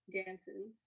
dances